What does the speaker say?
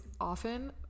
often